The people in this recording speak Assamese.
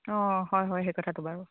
অঁ হয় হয় সেই কথাটো বাৰু